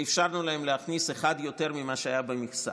ואפשרנו להם להכניס אחד יותר ממה שהיה במכסה.